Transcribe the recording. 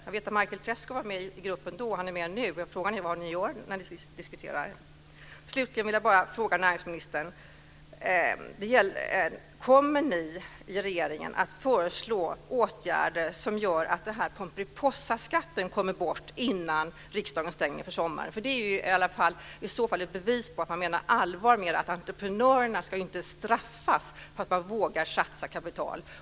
Jag vet att Michael Treschow var med i gruppen då och han är med i den nu. Frågan är vad ni kommer fram till när ni diskuterar. Kommer ni i regeringen att föreslå åtgärder som gör att pomperipossaskatten kommer bort innan riksdagen stänger för sommaren? Det är i så fall ett bevis på att man menar allvar med att entreprenörerna inte ska straffas för att de vågar satsa kapital.